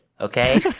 okay